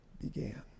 began